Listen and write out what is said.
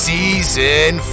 Season